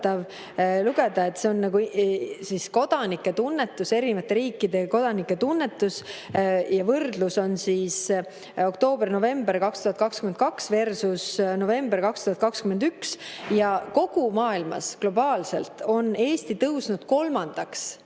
lugeda – see on kodanike tunnetus, erinevate riikide kodanike tunnetus, ja võrdlus on oktoober-november 2022versusnovember 2021 –, et kogu maailmas globaalselt on Eesti tõusnud kolmandaks